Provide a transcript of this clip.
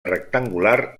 rectangular